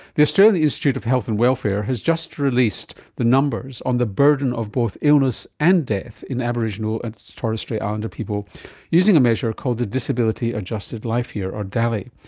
the australian institute of health and welfare has just released the numbers on the burden of both illness and death in aboriginal and torres strait islander people using a measure called the disability adjusted life year or daly,